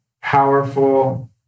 powerful